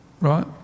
right